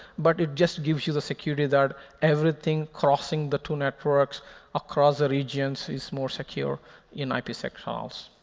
but it just gives you the security that everything crossing the two networks across the regions is more secure in ipsec tunnels.